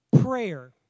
prayer